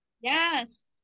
yes